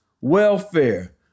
welfare